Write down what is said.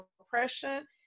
oppression